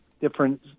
different